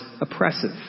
oppressive